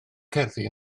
cerddi